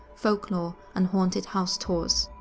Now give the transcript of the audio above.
folklore and haunted house tours.